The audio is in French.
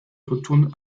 retourne